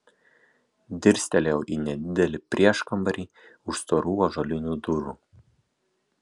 dirstelėjau į nedidelį prieškambarį už storų ąžuolinių durų